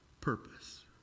purpose